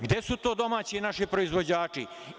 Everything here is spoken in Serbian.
Gde su to domaći i naši proizvođači?